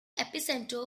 epicenter